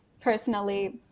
personally